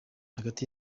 hagati